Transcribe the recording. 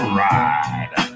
ride